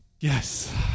Yes